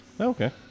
Okay